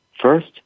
First